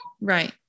Right